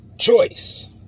choice